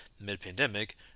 mid-pandemic